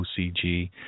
OCG